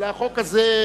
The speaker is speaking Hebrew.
אלא החוק הזה,